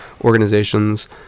organizations